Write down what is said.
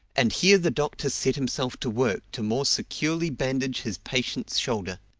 and here the doctor set himself to work to more securely bandage his patient's shoulder